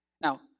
Now